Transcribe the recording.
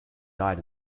died